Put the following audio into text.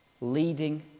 leading